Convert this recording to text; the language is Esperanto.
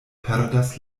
perdas